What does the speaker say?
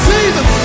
Jesus